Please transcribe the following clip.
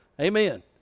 Amen